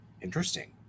interesting